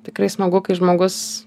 tikrai smagu kai žmogus